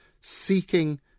seeking